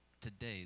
today